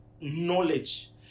knowledge